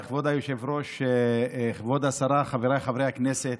כבוד היושב-ראש, כבוד השרה, חבריי חברי הכנסת,